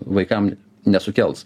vaikam nesukels